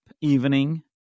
evening